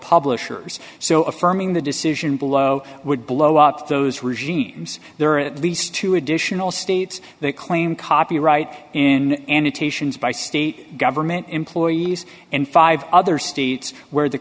publishers so affirming the decision below would blow up those regimes there are at least two additional states that claim copyright in annotations by state government employees and five other states where the